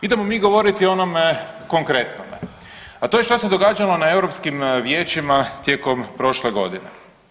Idemo mi govoriti o onome konkretnome, a to je što se događalo na europskim vijećima tijekom prošle godine.